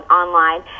online